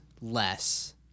less